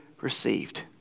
received